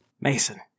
Mason